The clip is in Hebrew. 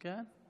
הסתדר?